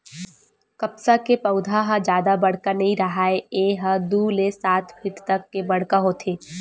कपसा के पउधा ह जादा बड़का नइ राहय ए ह दू ले सात फीट तक के बड़का होथे